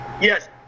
Yes